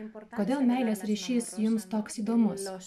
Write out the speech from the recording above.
kodėl meilės ryšys jums toks įdomus